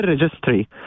registry